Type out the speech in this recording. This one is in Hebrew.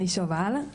אני שובל,